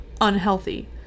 unhealthy